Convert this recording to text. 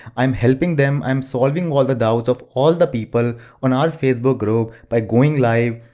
i'm helping them, i'm solving all the doubts of all the people on our facebook group, by going live,